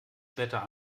später